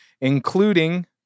including